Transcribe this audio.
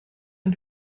ein